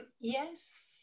Yes